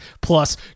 plus